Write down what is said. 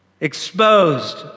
exposed